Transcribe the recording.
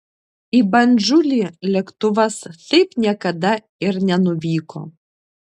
į bandžulį lėktuvas taip niekada ir nenuvyko